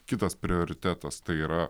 kitas prioritetas tai yra